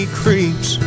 creeps